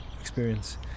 experience